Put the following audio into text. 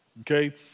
Okay